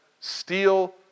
steel